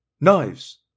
Knives